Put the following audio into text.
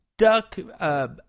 Duck